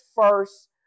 first